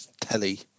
telly